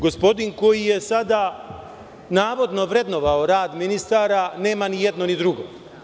Gospodin koji je sada navodno vrednovao rad ministara nema ni jedno ni drugo.